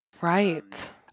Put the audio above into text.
Right